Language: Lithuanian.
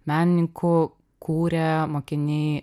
menininku kūrė mokiniai